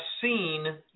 seen